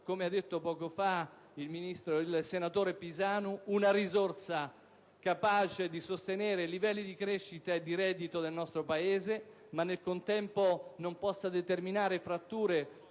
come detto poco fa dal senatore Pisanu, una risorsa capace di sostenere livelli di crescita e di reddito del nostro Paese ma, nel contempo, non possa determinare fratture